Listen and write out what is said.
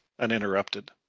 uninterrupted